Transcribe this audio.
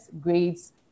grades